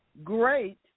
Great